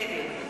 נגד.